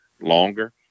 longer